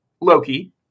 Loki